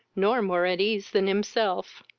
nor more at ease than himself.